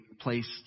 placed